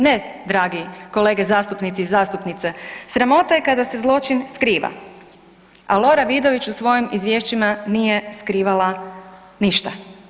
Ne dragi kolege zastupnici i zastupnice, sramota je kada se zločin skriva, a Lora Vidović u svojim izvješćima nije skrivala ništa.